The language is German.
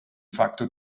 facto